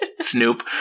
Snoop